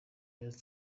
byaje